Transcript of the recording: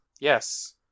Yes